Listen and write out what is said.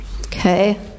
Okay